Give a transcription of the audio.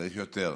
צריך יותר,